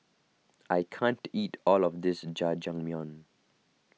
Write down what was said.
I can't eat all of this Jajangmyeon